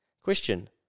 Question